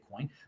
Bitcoin